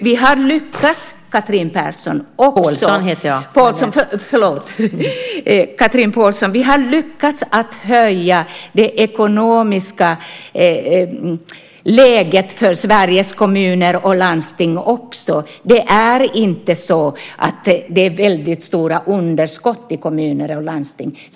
Vi har lyckats, Chatrine Pålsson, att höja det ekonomiska läget också för Sveriges kommuner och landsting. Det är inte så att det är väldigt stora underskott i kommuner och landsting.